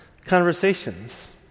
conversations